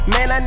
Man